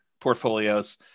portfolios